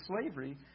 slavery